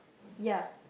ya